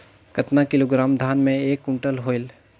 कतना किलोग्राम धान मे एक कुंटल होयल?